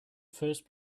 first